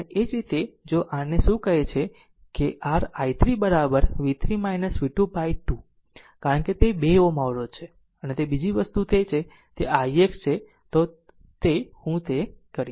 એ જ રીતે જો r ને શું કહે છે કે r i3 i3 v3 v2 by 2 કારણ કે તે 2 Ω અવરોધ છે અને બીજી વસ્તુ તે ix છે તો હું તે કરીશ